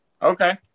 Okay